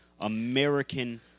American